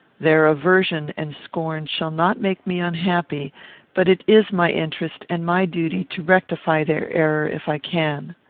their aversion and scorn shall not make me unhappy but it is my interest and my duty to rectify their error if i can.